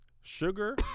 Sugar